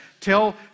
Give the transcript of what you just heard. tell